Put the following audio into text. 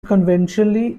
conventionally